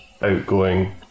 outgoing